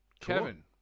Kevin